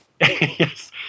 yes